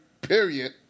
period